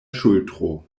ŝultro